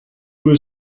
were